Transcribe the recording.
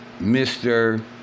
Mr